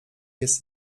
jest